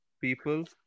people